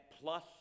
plus